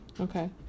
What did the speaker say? Okay